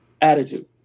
attitude